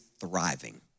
thriving